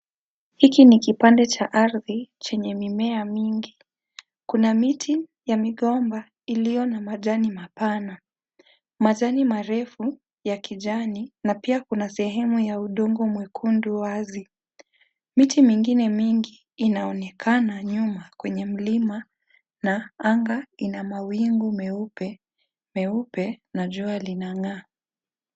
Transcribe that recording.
Hiki ni kipande cha ardhi chenye mimea mingi. Kuna miti ya migomba iliyo na majani mapana, majani marefu ya kijani na pia kuna sehemu ya udongo mwekundu wazi. Miti mingine mingi inaonekana nyuma kwenye mlima na anga ina mawingu meupe na jua linang'aa.